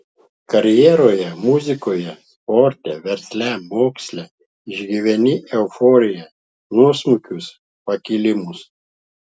karjeroje muzikoje sporte versle moksle išgyveni euforiją nuosmukius pakilimus